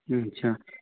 अच्छा